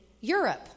Europe